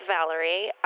valerie